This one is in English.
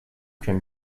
can